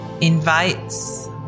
invites